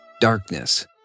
darkness